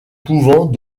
pouvant